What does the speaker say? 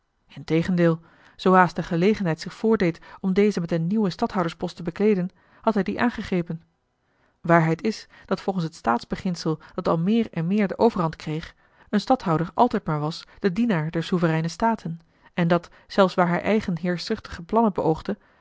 integendeel zoo haast de gelegenheid zich voordeed om dezen met een nieuwen stadhouderspost te bekleeden had hij die aangegrepen waarheid is dat volgens het staatsbeginsel dat al meer en meer de overhand kreeg een stadhouder altijd maar was de dienaar der souvereine staten en dat zelfs waar hij eigen heerschzuchtige plannen beoogde